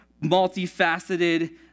multifaceted